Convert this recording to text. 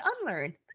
unlearn